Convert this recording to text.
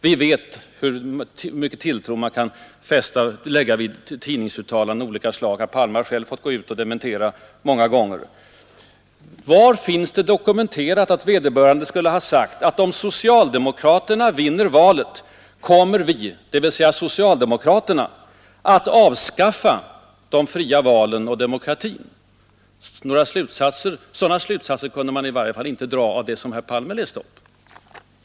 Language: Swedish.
Vi vet hur liten tilltro man kan fästa vid tidningsuttalan den av olika sla Herr Palme har själv många gånger fått dementera sådana. Var finns det klart dokumenterat att vederbörande skulle ha så att om socialdemokraterna vinner valet kommer vi, dvs. socialdemokraterna, att avskaffa de fria valen och demokratin? Sådana slutsatser kunde man i varje fall inte dra av det som herr Palme nyss läste upp